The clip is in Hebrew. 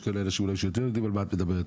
יש אולי אנשים שכן יודעים על מה את מדברת,